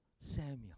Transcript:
Samuel